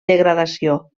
degradació